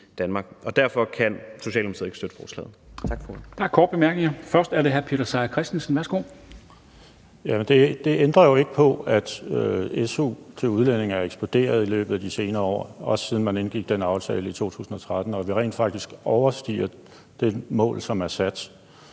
baggrund kan Socialdemokratiet ikke støtte forslaget.